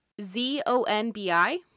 Z-O-N-B-I